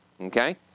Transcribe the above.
Okay